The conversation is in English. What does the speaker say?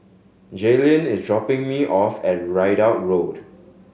Jaylen is dropping me off at Ridout Road